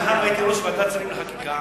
מאחר שהייתי יושב-ראש ועדת השרים לחקיקה